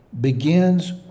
begins